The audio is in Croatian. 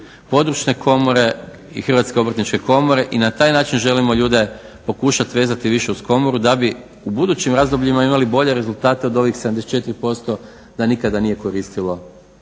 područne komore i HOK-a i na taj način želimo ljude pokušati vezati više uz komoru da bi u budućim razdobljima imali bolje rezultate od ovih 74% da nikada nije koristilo